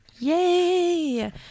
yay